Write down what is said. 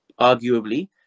arguably